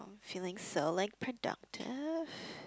eh feeling so like productive